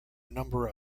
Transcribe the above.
number